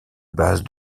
base